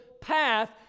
path